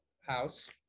house